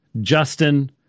Justin